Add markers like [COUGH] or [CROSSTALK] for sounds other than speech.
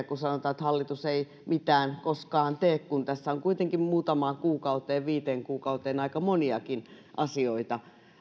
[UNINTELLIGIBLE] kun sanotaan että hallitus ei mitään koskaan tee kun tässä on kuitenkin muutamaan kuukauteen viiteen kuukauteen aika moniakin asioita